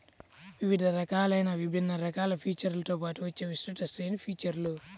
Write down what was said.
వివిధ రకాలైన విభిన్న రకాల ఫీచర్లతో పాటు వచ్చే విస్తృత శ్రేణి ఫీచర్లు